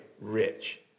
rich